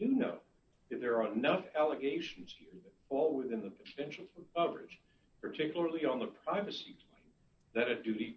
you know if there aren't enough allegations here all within the potential for bridge particularly on the privacy that a duty